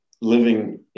living